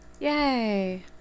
yay